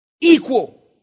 equal